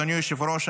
אדוני היושב-ראש,